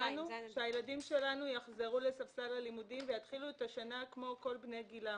שהילדים שלנו יחזרו לספסל הלימודים ויתחילו את השנה כמו כל בני גילם.